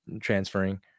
Transferring